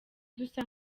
dusa